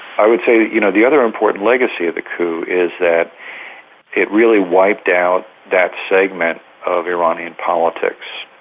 i would say you know the other important legacy of the coup is that it really wiped out that segment of iranian politics,